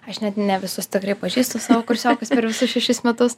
aš net ne visus tikrai pažįstu savo kursiokus per visus šešis metus